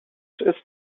ist